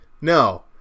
no